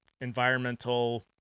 environmental